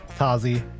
Tazi